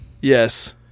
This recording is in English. yes